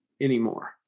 anymore